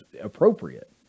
appropriate